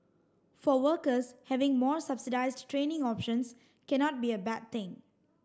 for workers having more subsidised training options cannot be a bad thing